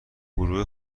گروه